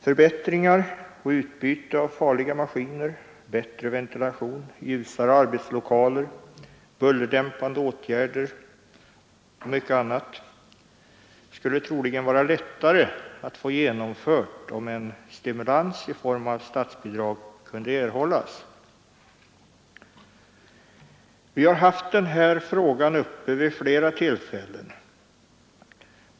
Förbättringar och utbyte av farliga maskiner, bättre ventilation, ljusare arbetslokaler, bullerdämpande åtgärder och mycket annat skulle troligen vara lättare att genomföra om en stimulans i form av statsbidrag kunde erhållas. Vi har haft den här frågan uppe vid flera tillfällen.